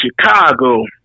Chicago